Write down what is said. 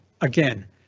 again